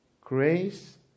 Grace